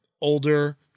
older